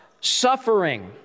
suffering